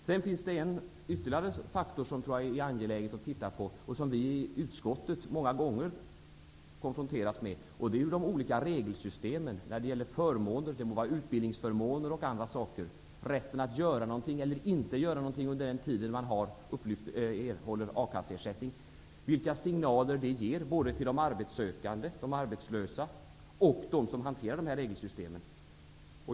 Det finns ytterligare en faktor, vilken vi i utskottet många gånger konfronteras med och som det är angeläget att se över, nämligen de olika regelsystemen när det gäller förmåner. Det må vara utbildningsförmåner och annat, rätten att göra något eller att inte göra något under den tid man erhåller a-kasseersättning eller vilka signaler det ger både till de arbetslösa och till dem som hanterar dessa regelsystem.